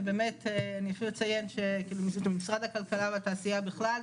ובאמת אני אפילו אציין שמשרד הכלכלה והתעשיה בכלל,